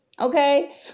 Okay